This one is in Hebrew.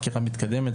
החקירה מתקדמת,